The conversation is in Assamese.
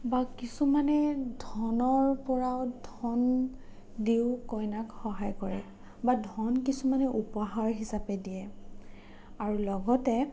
বা কিছুমানে ধনৰ পৰাও ধন দিও কইনাক সহায় কৰে বা ধন কিছুমানে উপহাৰ হিচাপে দিয়ে আৰু লগতে